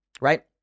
right